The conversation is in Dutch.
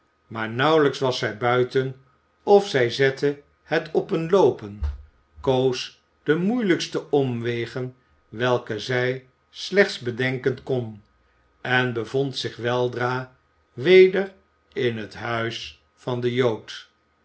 maar nauwelijks was zij buiten of zij zette het op een loopen koos de moeilijkste omwegen welke zij slechts bedenken kon en bevond zich weldra weder in het huis van den jood